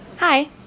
Hi